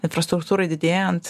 infrastruktūrai didėjant